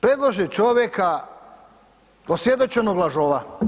Predlože čovjeka, osvjedočenoga lažova.